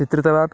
चित्रितवान्